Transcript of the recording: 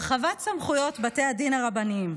הרחבת סמכויות בתי הדין הרבניים,